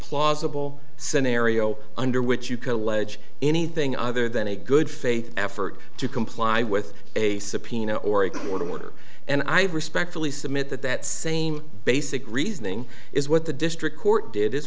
plausible scenario under which you can allege anything other than a good faith effort to comply with a subpoena or a quart of water and i respectfully submit that that same basic reasoning is what the district court did as